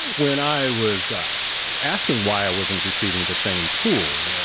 when i was asking why i wasn't receiving the same tools,